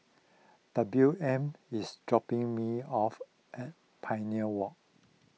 W M is dropping me off at Pioneer Walk